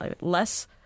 less